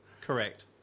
Correct